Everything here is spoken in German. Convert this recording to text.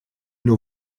nur